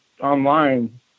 online